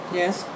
yes